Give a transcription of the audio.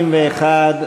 61,